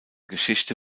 geschichte